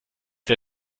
der